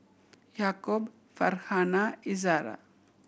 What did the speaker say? Yaakob Farhanah Izara